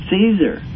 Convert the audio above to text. Caesar